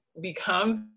becomes